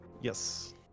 Yes